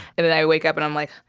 and then i wake up. and i'm like,